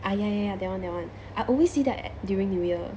ah ya ya ya that one that one I always see that during new year